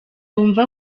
wumva